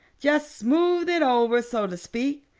just smooth it over so to speak.